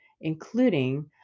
including